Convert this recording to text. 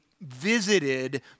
visited